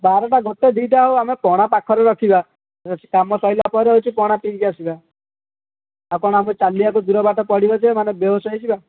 ବାରଟା ଗୋଟେ ଦୁଇଟା ହେଉ ଆମେ ପଣା ପାଖରେ ରଖିବା କାମ ସାରିଲା ପରେ ହେଉଛି ପଣା ପିଇକି ଆସିବା ଆଉ କ'ଣ ଆମକୁ ଚାଲିଆକୁ ଦୂର ବାଟ ପଡ଼ିବ ଯେ ମାନେ ବେହୋସ ହୋଇଯିବା